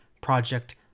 project